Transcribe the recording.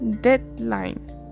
deadline